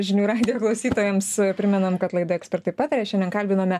žinių radijo klausytojams primenam kad laida ekspertai pataria šiandien kalbinome